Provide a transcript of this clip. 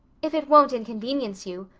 if it won't inconvenience you.